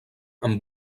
amb